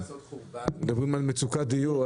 מדברים על מצוקת דיור,